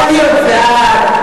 אני יודעת.